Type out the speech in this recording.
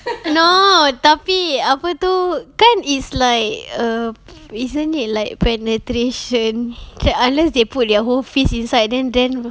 no tapi apa tu kan is like err isn't it like penetration unless they put their whole fist inside then then